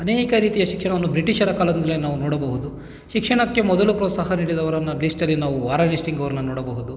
ಅನೇಕ ರೀತಿಯ ಶಿಕ್ಷಣವನ್ನು ಬ್ರಿಟಿಷರ ಕಾಲದಿಂದಲೇ ನಾವು ನೋಡಬಹುದು ಶಿಕ್ಷಣಕ್ಕೆ ಮೊದಲು ಪ್ರೋತ್ಸಾಹ ನೀಡಿದವರನ್ನ ಲಿಸ್ಟ್ಲ್ಲಿ ನಾವು ನಾವು ನೋಡಬಹುದು